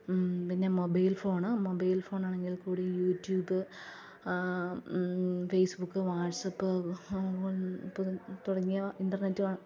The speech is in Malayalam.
പിന്നെ മൊബൈല് ഫോണ് മൊബൈല് ഫോണാണെങ്കില് കൂടി യൂട്യൂബ് ഫേസ്ബുക്ക് വാട്ട്സപ്പ് തുടങ്ങിയ ഇന്റെര്നെറ്റ്